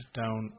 down